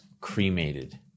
cremated